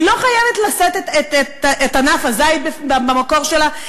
היא לא חייבת לשאת את ענף הזית במקור שלה,